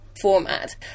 format